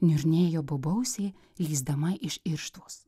niurnėjo bobausė lįsdama iš irštvos